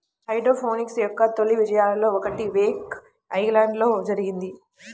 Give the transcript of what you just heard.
hydroponics యొక్క తొలి విజయాలలో ఒకటి వేక్ ఐలాండ్లో జరిగింది